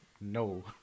no